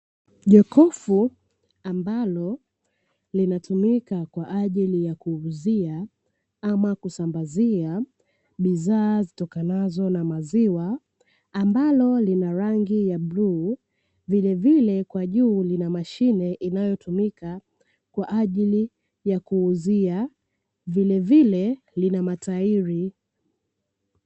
Jokofu ambalo linatumika kwa ajili ya kuuzia ama kusambazia bidhaa zitokanazo na maziwa, ambalo lina rangi ya bluu vilevile, kwa juu lina mashine inayotumika kwa ajili ya kuuzia, vilevile lina matairi.